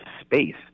space